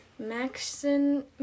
Maxon